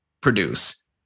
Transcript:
produce